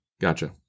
gotcha